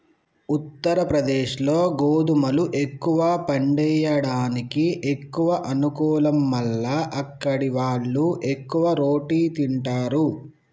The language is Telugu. ఉత్తరప్రదేశ్లో గోధుమలు ఎక్కువ పండియడానికి ఎక్కువ అనుకూలం మల్ల అక్కడివాళ్లు ఎక్కువ రోటి తింటారు